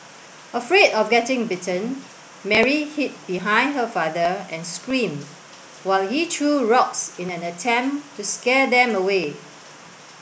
afraid of getting bitten Mary hid behind her father and screamed while he threw rocks in an attempt to scare them away